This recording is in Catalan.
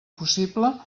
possible